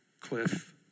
Cliff